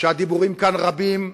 הדיבורים כאן רבים,